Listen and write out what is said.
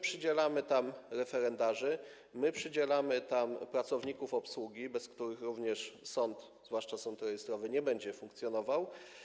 Przydzielamy tam referendarzy, przydzielamy tam pracowników obsługi, bez których sąd, zwłaszcza sąd rejestrowy, nie będzie funkcjonował.